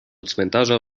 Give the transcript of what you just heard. cmentarza